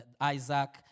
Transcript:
Isaac